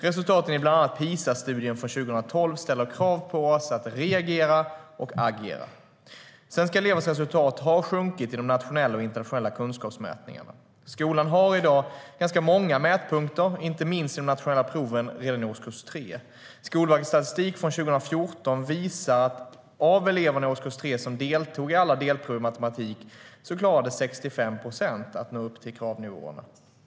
Resultaten i bland annat PISA-studien från 2012 ställer krav på oss att reagera och agera. Svenska elevers resultat har sjunkit i de nationella och internationella kunskapsmätningarna. Skolan har i dag många mätpunkter, inte minst i de nationella proven i årskurs 3. Skolverkets statistik från 2014 visar att av de eleverna i årskurs 3 som deltog i alla delprov i matematik klarade 65 procent att nå upp till kravnivåerna.